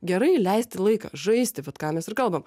gerai leisti laiką žaisti vat ką mes ir kalbam